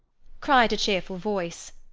cried a cheerful voice.